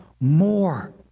more